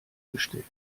gestellt